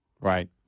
Right